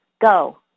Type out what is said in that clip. Go